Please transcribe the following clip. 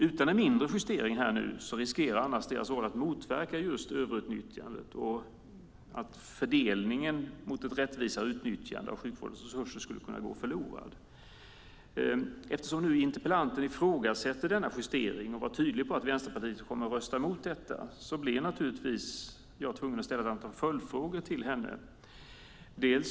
Utan en mindre justering nu riskerar de att inte motverka överutnyttjandet, och fördelningen mot ett rättvisare utnyttjande av sjukvårdens resurser skulle kunna gå förlorad. Eftersom interpellanten nu ifrågasätter denna justering, och är tydlig med att Vänsterpartiet kommer att rösta emot detta, blir jag naturligtvis tvungen att ställa ett antal följdfrågor till henne.